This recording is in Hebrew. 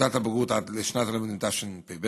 תעודת הבגרות עד לשנת הלימודים תשפ"ב,